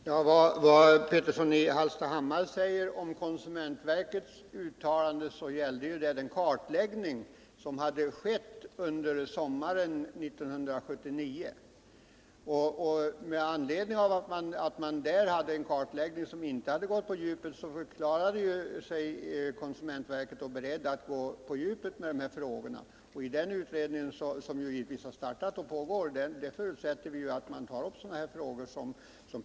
Fru talman! Vad Hans Petersson i Hallstahammar säger om konsumentverkets uttalande gäller den kartläggning som hade skett under sommaren 1979. Utredningen hade inte haft uppdrag eller resurser att gå på djupet med frågorna, och därför förklarade sig konsumentverket berett att göra en mera grundlig utredning av dessa frågor. Vi förutsätter att den utredning som sedan startats och vars arbete pågår kommer att ta upp sådana frågor som Hans Petersson pekat på, bl.a. konkurrenssynpunkter.